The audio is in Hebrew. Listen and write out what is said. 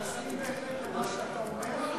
בהחלט במה שאתה אומר,